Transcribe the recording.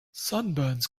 sunburns